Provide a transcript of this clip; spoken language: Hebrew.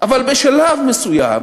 אבל בשלב מסוים